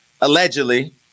allegedly